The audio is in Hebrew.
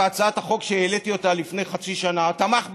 בהצעת החוק שהעליתי לפני חצי שנה הוא תמך,